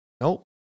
nope